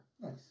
Nice